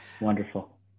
Wonderful